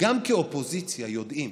גם כאופוזיציה יודעים